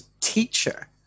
teacher